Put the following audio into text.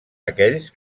aquells